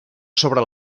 sobre